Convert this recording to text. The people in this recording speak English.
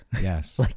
Yes